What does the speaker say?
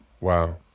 Wow